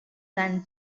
than